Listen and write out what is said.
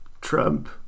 Trump